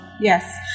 Yes